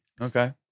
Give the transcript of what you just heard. Okay